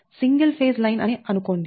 single phase line అని అనుకోండి